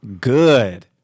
Good